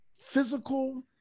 physical